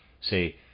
say